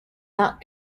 not